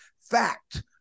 fact